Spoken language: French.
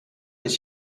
les